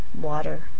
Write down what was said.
Water